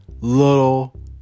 little